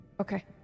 Okay